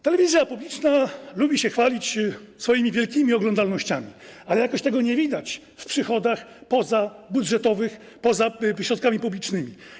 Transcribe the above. Telewizja publiczna lubi się chwalić swoimi wielkimi oglądalnościami, ale jakoś tego nie widać w przychodach pozabudżetowych, poza środkami publicznymi.